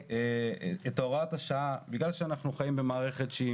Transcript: את הוראת השעה בגלל שאנחנו חיים במערכת שהיא